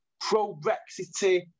pro-Brexit